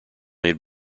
made